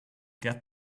got